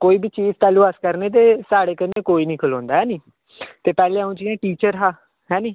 कोई बी चीज़ तैह्लूं अस करने ते साढ़े कन्नै कोई निं खलोंदा पैह्लें अ'ऊं जि'यां टीचर हा है नी